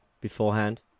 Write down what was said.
beforehand